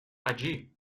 allí